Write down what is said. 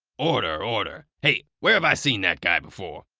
order, order. hey, where have i seen that guy before?